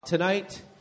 Tonight